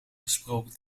gesproken